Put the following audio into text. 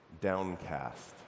Downcast